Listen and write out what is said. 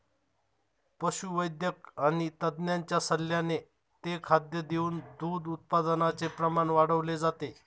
पशुवैद्यक आणि तज्ञांच्या सल्ल्याने ते खाद्य देऊन दूध उत्पादनाचे प्रमाण वाढवले जाते